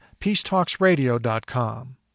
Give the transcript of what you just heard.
peacetalksradio.com